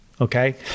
okay